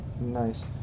Nice